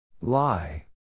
Lie